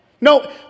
No